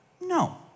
No